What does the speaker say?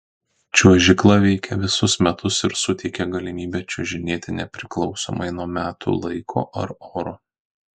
čiuožykla veikia visus metus ir suteikia galimybę čiuožinėti nepriklausomai nuo metų laiko ar oro